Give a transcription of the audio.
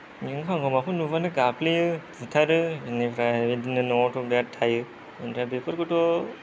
नों खांखमाखौ नुबानो गाफ्लेयो बुथारो बिनिफ्राय बिदिनो नआवथ' बिराद थायो ओनिफ्राय बेफोरखौथ'